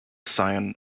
scion